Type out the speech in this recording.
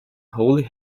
holy